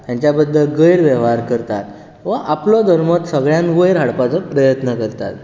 तांच्या बद्दल गैरवेव्हार करतात वा आपलो धर्म सगळ्यांत वयर हाडपाचो प्रयत्न करतात